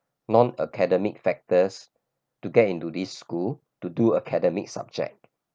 non academic factors to get into this school to do academic subject